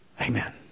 amen